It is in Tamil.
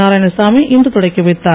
நாராயணசாமி இன்று தொடக்கி வைத்தார்